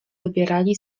wybierali